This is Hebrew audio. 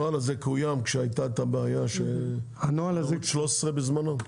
הנוהל קוים כשהייתה את הבעיה שבערוץ 13 בזמנו.